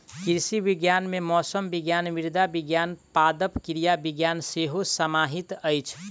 कृषि विज्ञान मे मौसम विज्ञान, मृदा विज्ञान, पादप क्रिया विज्ञान सेहो समाहित अछि